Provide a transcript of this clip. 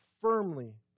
firmly